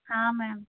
हाँ मैम